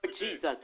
Jesus